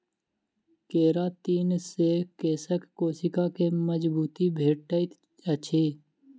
keratin से केशक कोशिका के मजबूती भेटैत अछि